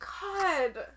God